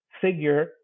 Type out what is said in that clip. figure